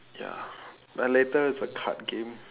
ya but later it's the card game